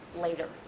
later